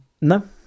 No